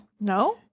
no